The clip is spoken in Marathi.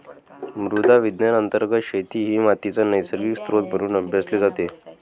मृदा विज्ञान अंतर्गत शेती ही मातीचा नैसर्गिक स्त्रोत म्हणून अभ्यासली जाते